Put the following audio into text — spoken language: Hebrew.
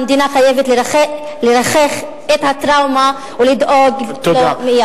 המדינה חייבת לרכך את הטראומה ולדאוג לו מייד".